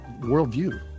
worldview